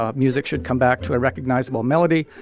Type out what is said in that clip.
ah music should come back to a recognizable melody.